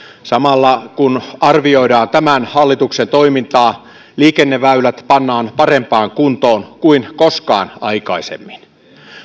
kun arvioidaan tämän hallituksen toimintaa samalla liikenneväylät pannaan parempaan kuntoon kuin koskaan aikaisemmin